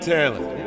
Talent